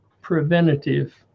preventative